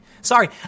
Sorry